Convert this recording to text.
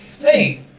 Hey